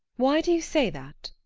why do you say that?